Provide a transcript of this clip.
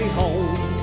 home